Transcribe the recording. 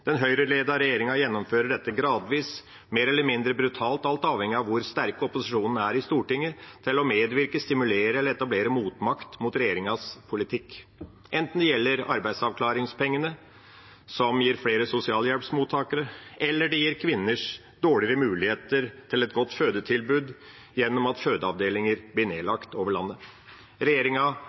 Den Høyre-ledede regjeringa gjennomfører dette gradvis, mer eller mindre brutalt, alt avhengig av hvor sterk opposisjonen i Stortinget er til å medvirke, stimulere til eller etablere motmakt mot regjeringas politikk, enten det gjelder arbeidsavklaringspengene, som gir flere sosialhjelpsmottakere, eller det gjelder kvinners dårligere muligheter til et godt fødetilbud ved at fødeavdelinger blir nedlagt over landet. Regjeringa